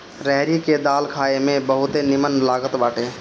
रहरी के दाल खाए में बहुते निमन लागत बाटे